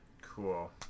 Cool